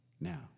Now